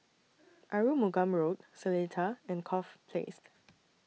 Arumugam Road Seletar and Corfe Place